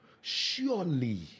Surely